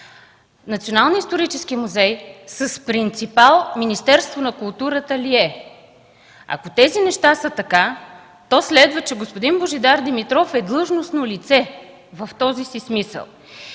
Националният исторически музей с принципал Министерството на културата ли е? Ако тези неща са така, то следва, че господин Божидар Димитров е длъжностно лице в този си смисъл.